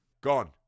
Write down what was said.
gone